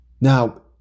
Now